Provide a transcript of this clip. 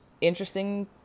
interesting